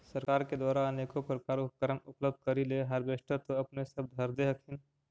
सरकार के द्वारा अनेको प्रकार उपकरण उपलब्ध करिले हारबेसटर तो अपने सब धरदे हखिन?